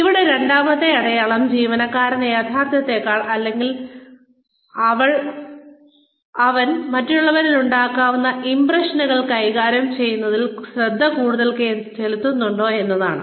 ഇവിടെ രണ്ടാമത്തെ അടയാളം ജോലിക്കാരൻ യാഥാർത്ഥ്യത്തേക്കാൾ അവൾ അല്ലെങ്കിൽ അവൻ മറ്റുള്ളവരിൽ ഉണ്ടാക്കുന്ന ഇംപ്രഷനുകൾ കൈകാര്യം ചെയ്യുന്നതിൽ കൂടുതൽ ശ്രദ്ധ ചെലുത്തുന്നുണ്ടോ എന്നതാണ്